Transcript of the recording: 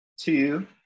two